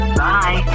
bye